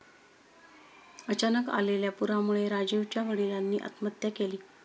अचानक आलेल्या पुरामुळे राजीवच्या वडिलांनी आत्महत्या केली